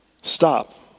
Stop